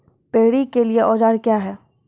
Paddy के लिए औजार क्या हैं?